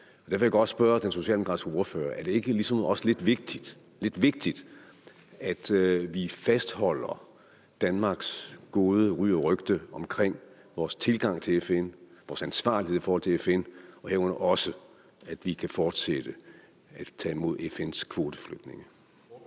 Derfor vil jeg godt spørge den socialdemokratiske ordfører: Er det ikke ligesom også lidt vigtigt – lidt vigtigt – at vi fastholder Danmarks gode ry og rygte omkring vores tilgang til FN, vores ansvarlighed i forhold til FN, herunder også, at vi kan fortsætte med at tage imod FN's kvoteflygtninge?